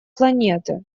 планеты